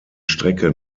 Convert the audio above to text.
strecke